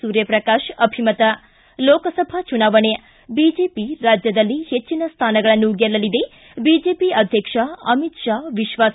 ಸೂರ್ಯಪ್ರಕಾಶ ಅಭಿಮತ ಿ ಲೋಕಸಭಾ ಚುನಾವಣೆ ಬಿಜೆಪಿ ರಾಜ್ಯದಲ್ಲಿ ಹೆಚ್ಚಿನ ಸ್ಥಾನಗಳನ್ನು ಗೆಲ್ಲಲಿದೆ ಬಿಜೆಪಿ ಅಧ್ಯಕ್ಷ ಅಮಿತ್ ಪಾ ವಿಶ್ವಾಸ